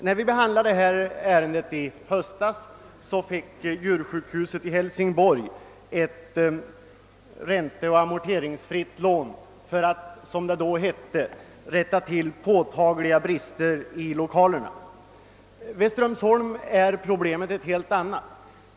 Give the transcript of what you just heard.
När vi behandlade ärendet i höstas fick djursjukhuset i Hälsingborg ett ränteoch amorteringsfritt lån för att, som det då hette, rätta till påtagliga brister i lokalerna. Vid Strömsholm är problemet ett helt annat.